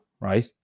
right